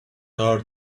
are